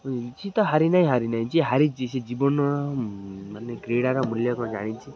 ଯିଏ ତ ହାରି ନାହିଁ ହାରି ନାହିଁ ଯିଏ ହାରିଛି ସେ ଜୀବନ ମାନେ କ୍ରୀଡ଼ାର ମୂଲ୍ୟ କଣ ଜାଣିଛି